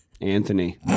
anthony